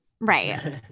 Right